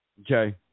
okay